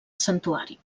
santuari